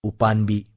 Upanbi